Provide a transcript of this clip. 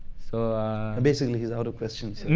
so basically, he's out of questions.